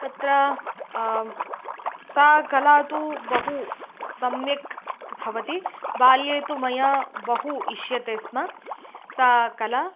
तत्र सा कला तु बहु सम्यक् भवति बाल्ये तु मया बहु इष्यते स्म सा कला